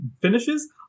finishes